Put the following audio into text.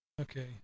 Okay